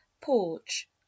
porch